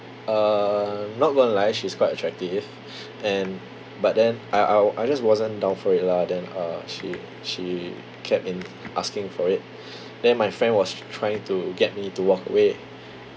uh not going to lie she's quite attractive and but then I I I just wasn't down for it lah then uh she she kept in asking for it then my friend was trying to get me to walk away